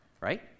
right